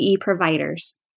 providers